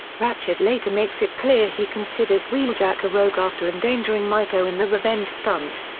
ratchet later makes it clear he considers wheeljack a rogue after endangering miko in the revenge stunt.